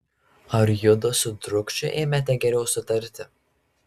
ar judu su dručkiu ėmėte geriau sutarti